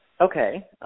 Okay